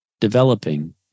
developing